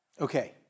Okay